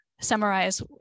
summarize